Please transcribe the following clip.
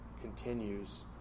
continues